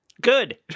Good